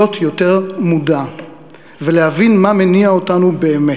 להיות יותר מודע ולהבין מה מניע אותנו באמת.